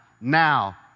Now